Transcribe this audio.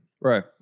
Right